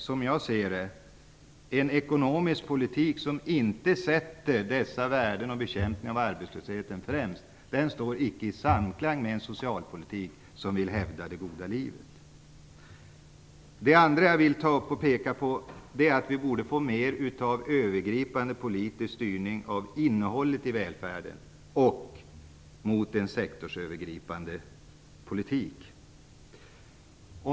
Som jag ser det står icke en ekonomisk politik som inte sätter dessa värden och bekämpningen av arbetslösheten främst i samklang med en socialpolitik som vill hävda det goda livet. Det andra jag vill ta upp och peka på är att vi borde få en mer övergripande politisk styrning av innehållet i välfärden och en sektorsövergripande politik.